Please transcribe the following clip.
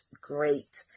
great